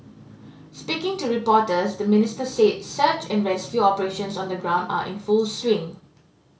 speaking to reporters the Minister said search and rescue operations on the ground are in full swing